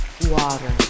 water